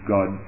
God